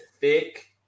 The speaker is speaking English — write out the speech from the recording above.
thick